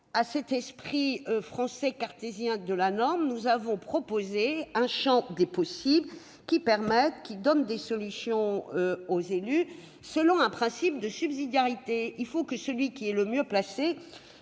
à l'esprit français et cartésien de la norme, nous avons proposé un champ des possibles aux élus et des solutions selon un principe de subsidiarité : il faut que ce soit celui qui est le mieux placé